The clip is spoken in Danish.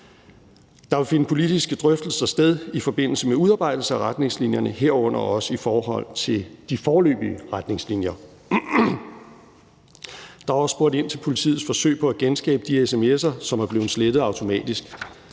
Der vil finde politiske drøftelser sted i forbindelse med udarbejdelse af retningslinjerne, herunder også i forhold til de foreløbige retningslinjer. Der er også spurgt ind til politiets forsøg på at genskabe de sms'er, som er blevet slettet automatisk.